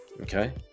Okay